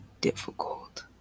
difficult